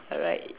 alright